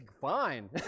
fine